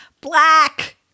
black